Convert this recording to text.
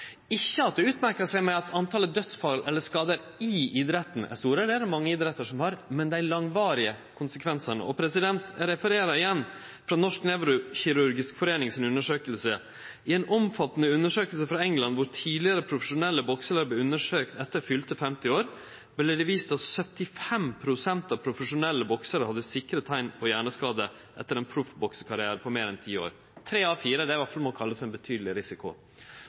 ikkje med at talet på dødsfall eller skadar i idretten er store – det er det mange idrettar som har – men det er dei langvarige konsekvensane. Eg refererer igjen frå Norsk nevrokirurgisk forenings undersøking: «I en omfattende undersøkelse fra England hvor tidligere profesjonelle boksere ble undersøkt etter fylte 50 år, ble det vist at 75 % av profesjonelle boksere hadde sikre tegn på hjerneskade etter en proffboksekarriere på mer enn ti år.» Det er tre av fire – det må kunne kallast ein betydeleg risiko.